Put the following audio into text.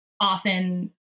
often